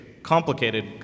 complicated